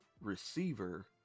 receiver